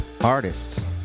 artists